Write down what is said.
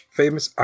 famous